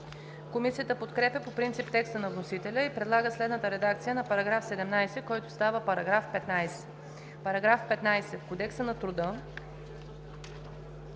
Комисията подкрепя по принцип текста на вносителя и предлага следната редакция на § 17, който става § 15: „§ 15. В Кодекса на труда